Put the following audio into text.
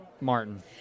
Martin